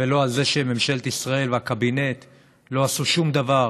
ולא על זה שממשלת ישראל והקבינט לא עשו שום דבר